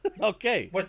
Okay